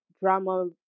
drama